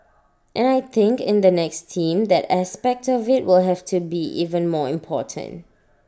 and I think in the next team that aspect of IT will have to be even more important